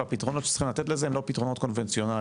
והפתרונות שצריך לתת לזה הם לא פתרונות קונבנציונליים.